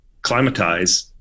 climatize